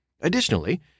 Additionally